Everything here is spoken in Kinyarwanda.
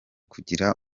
kugira